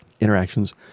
interactions